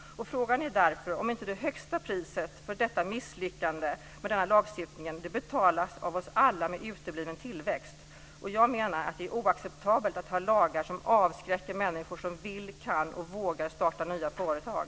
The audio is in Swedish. Frågan är därför om inte det högsta priset för misslyckandet med denna lagstiftning betalas av oss alla med utebliven tillväxt. Jag menar att det är oacceptabelt att ha lagar som avskräcker människor som vill, kan och vågar starta nya företag.